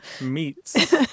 meats